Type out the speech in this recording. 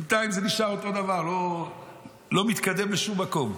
בינתיים זה נשאר אותו דבר, לא מתקדם לשום מקום.